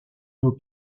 nos